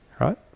right